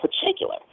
particular